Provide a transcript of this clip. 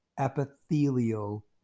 epithelial